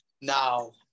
now